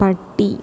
പട്ടി